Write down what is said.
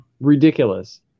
ridiculous